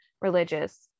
religious